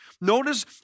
Notice